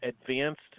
advanced